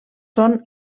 són